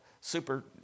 super